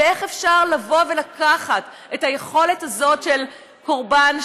איך אפשר לקחת את היכולת הזאת של קורבן,